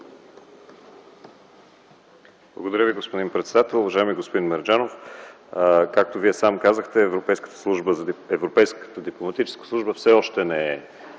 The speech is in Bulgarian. Благодаря Ви, господин председател. Уважаеми господин Мерджанов, както сам казахте, Европейската дипломатическа служба все още не е